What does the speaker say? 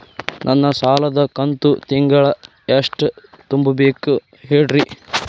ನನ್ನ ಸಾಲದ ಕಂತು ತಿಂಗಳ ಎಷ್ಟ ತುಂಬಬೇಕು ಹೇಳ್ರಿ?